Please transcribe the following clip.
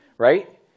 Right